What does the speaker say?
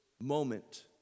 moment